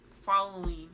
following